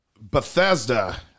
Bethesda